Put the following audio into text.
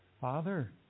Father